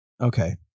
okay